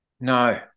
No